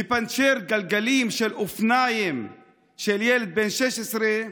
לפנצ'ר גלגלים של אופניים של ילד בן 16,